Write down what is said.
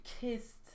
kissed